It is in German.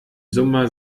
summe